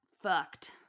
Fucked